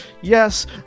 Yes